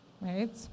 right